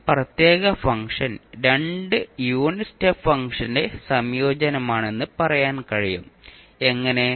ഈ പ്രത്യേക ഫംഗ്ഷൻ രണ്ട് യൂണിറ്റ് സ്റ്റെപ്പ് ഫംഗ്ഷന്റെ സംയോജനമാണെന്ന് പറയാൻ കഴിയും എങ്ങനെ